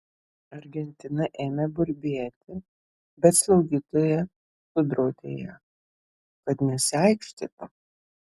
argentina ėmė burbėti bet slaugytoja sudraudė ją kad nesiaikštytų